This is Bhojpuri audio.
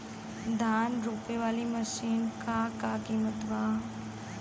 धान रोपे वाली मशीन क का कीमत बा?